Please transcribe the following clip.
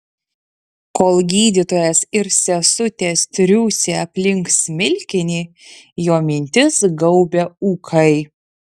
kol gydytojas ir sesutės triūsė aplink smilkinį jo mintis gaubė ūkai